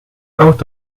out